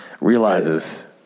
realizes